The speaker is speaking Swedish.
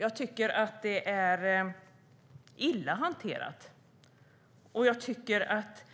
Jag tycker att det är illa hanterat, och jag tycker att